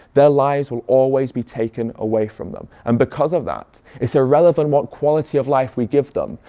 their lives will always be taken away from them and because of that it's irrelevant what quality of life we give them.